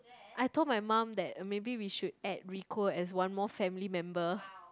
I told my mum that maybe we should add Rico as one more family member